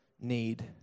need